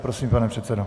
Prosím, pane předsedo?